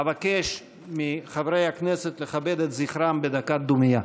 אבקש מחברי הכנסת לכבד את זכרם בדקת דומייה.